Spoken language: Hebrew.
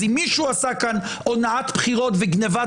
אז אם מישהו עשה פה הונאת בחירות וגניבת